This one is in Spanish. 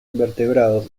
invertebrados